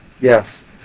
Yes